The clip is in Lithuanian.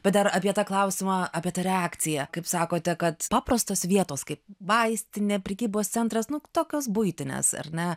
bet dar apie tą klausimą apie tą reakciją kaip sakote kad paprastos vietos kaip vaistinė prekybos centras nu tokios buitinės ar ne